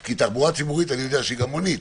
כי תחבורה ציבורית אני יודע שהיא גם מונית,